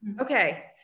okay